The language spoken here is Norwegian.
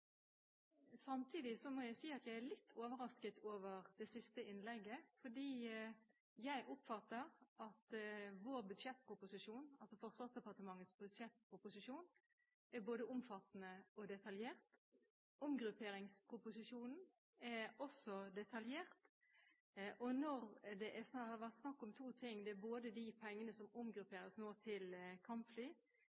Samtidig må jeg si at jeg er litt overrasket over det siste innlegget, fordi jeg oppfatter at vår budsjettproposisjon, altså Forsvarsdepartementets budsjettproposisjon, er både omfattende og detaljert. Omgrupperingsproposisjonen er også detaljert. Det har vært snakk om to ting: de pengene som